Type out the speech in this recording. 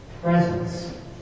presence